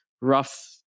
rough